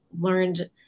learned